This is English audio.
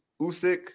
Usyk